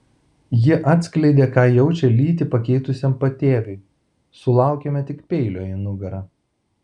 ji atskleidė ką jaučia lytį pakeitusiam patėviui sulaukėme tik peilio į nugarą